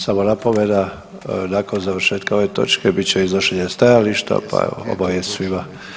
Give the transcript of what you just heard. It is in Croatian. Samo napomena, nakon završetka ove točke bit će iznošenje stajališta, pa evo obavijest svima.